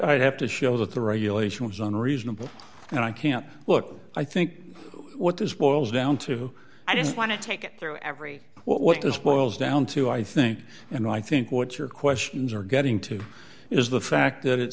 i'd have to show that the regulation was unreasonable and i can't look i think what this boils down to i just want to take it through every what this boils down to i think and i think what your questions are getting to is the fact that it